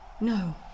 no